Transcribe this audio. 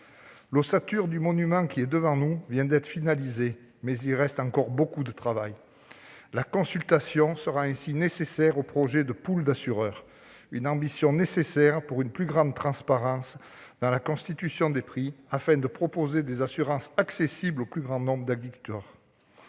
L'ossature du monument qui est devant nous vient d'être finalisée, mais il reste encore beaucoup de travail. La consultation sera essentielle pour le projet de pool d'assureurs, une ambition nécessaire pour une plus grande transparence dans la constitution des prix, afin de proposer des assurances accessibles au plus grand nombre d'agriculteurs.